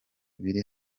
biri